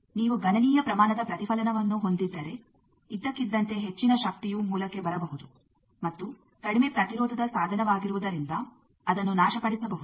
ನೀವು ಗಣನೀಯ ಪ್ರಮಾಣದ ಪ್ರತಿಫಲನವನ್ನು ಹೊಂದಿದ್ದರೆ ಇದ್ದಕ್ಕಿದ್ದಂತೆ ಹೆಚ್ಚಿನ ಶಕ್ತಿಯೂ ಮೂಲಕ್ಕೆ ಬರಬಹುದು ಮತ್ತು ಕಡಿಮೆ ಪ್ರತಿರೋಧದ ಸಾಧನವಾಗಿರುವುದರಿಂದ ಅದನ್ನು ನಾಶಪಡಿಸಬಹುದು